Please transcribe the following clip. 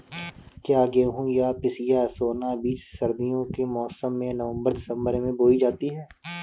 क्या गेहूँ या पिसिया सोना बीज सर्दियों के मौसम में नवम्बर दिसम्बर में बोई जाती है?